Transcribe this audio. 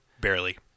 Barely